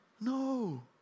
No